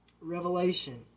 Revelation